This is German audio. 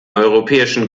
europäischen